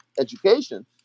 education